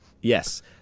Yes